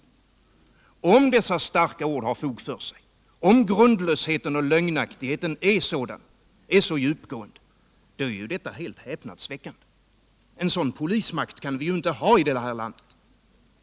Om dessa starka ord har fog för sig, om grundlösheten och lögnaktigheten är så djupgående, är detta helt häpnadsväckande. En sådan polismakt kan vi inte ha i det här landet.